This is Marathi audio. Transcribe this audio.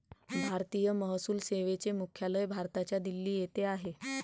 भारतीय महसूल सेवेचे मुख्यालय भारताच्या दिल्ली येथे आहे